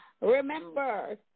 remember